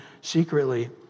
secretly